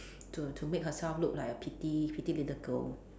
to to make herself look like a pity pity little girl